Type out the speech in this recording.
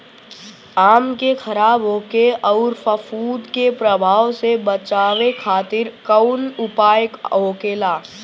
आम के खराब होखे अउर फफूद के प्रभाव से बचावे खातिर कउन उपाय होखेला?